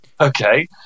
okay